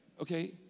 Okay